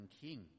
king